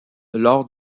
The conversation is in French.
lors